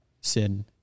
sin